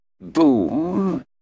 Boom